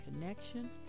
connection